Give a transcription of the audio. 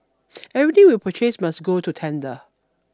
everything that we purchase must go to tender